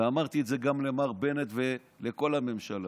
ואמרתי את זה גם למר בנט ולכל הממשלה: